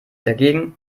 dagegen